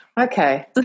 Okay